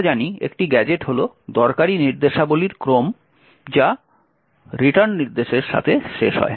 আমরা জানি একটি গ্যাজেট হল দরকারী নির্দেশাবলীর ক্রম যা রিটার্ন নির্দেশের সাথে শেষ হয়